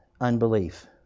unbelief